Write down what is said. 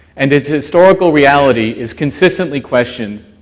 and its historical reality is consistently questioned,